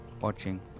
watching